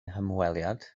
hymweliad